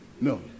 No